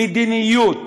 מדיניות